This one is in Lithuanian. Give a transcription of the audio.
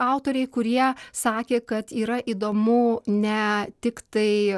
autoriai kurie sakė kad yra įdomu ne tiktai